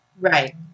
Right